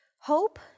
Hope